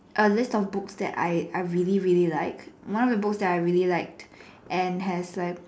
a list of books that I I really really like one of the books that I really liked and has like